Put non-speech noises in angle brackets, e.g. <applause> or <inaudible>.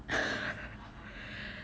<breath> <laughs>